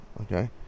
Okay